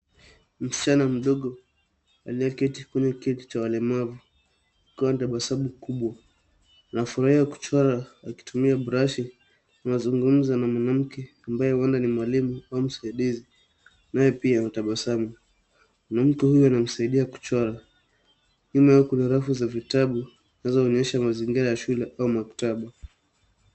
Msichana mdogo aliyeketi kwenye kiti cha walemavu akiwa na tabasamu kubwa. Anafurahia kuchra akitumia brashi, anazungumza na mwanamke ambaye huenda ni mwalimu au msaidizi naye pia anatabasamu, mwanamke huyo anamsaidia kuchora. Nyuma yao kuna rafu za vitabu zinazoonyesha mazingira ya shule au maktaba.